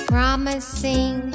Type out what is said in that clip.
Promising